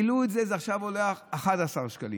עכשיו זה עולה 11 שקלים,